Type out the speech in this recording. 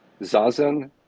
Zazen